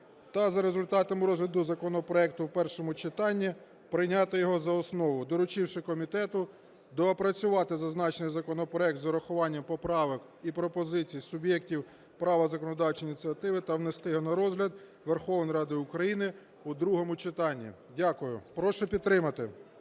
та за результатами розгляду законопроекту в першому читанні прийняти його за основу, доручивши комітету доопрацювати зазначений законопроект з урахуванням поправок і пропозицій суб'єктів права законодавчої ініціативи, та внести його на розгляд Верховної Ради України у другому читанні. Дякую. Прошу підтримати.